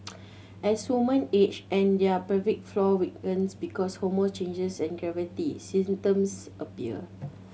as woman age and their pelvic floor weakens because of hormonal changes and gravity symptoms appear